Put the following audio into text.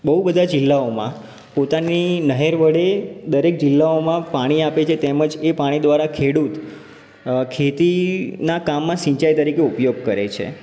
બહુ બધા જિલ્લાઓમાં પોતાની નહેર વડે દરેક જિલ્લાઓમાં પાણી આપે છે તેમજ એ પાણી દ્વારા ખેડૂત અ ખેતીનાં કામમાં સિંચાઈ તરીકે ઉપયોગ કરે છે